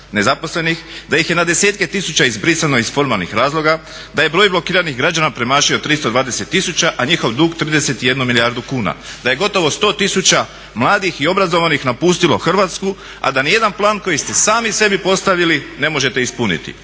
nezaposlenih, da ih je na desetke tisuća izbrisano iz formalnih razloga, da je broj blokiranih građana premašio 320 tisuća, a njihov dug 31 milijardu kuna, da je gotovo 100 tisuća mladih i obrazovanih napustilo Hrvatsku, a da nijedan plan koji ste sami sebi postavili ne možete ispuniti